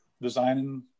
designing